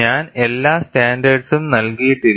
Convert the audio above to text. ഞാൻ എല്ലാ സ്റ്റാൻഡേർഡ്സും നൽകിയിട്ടില്ല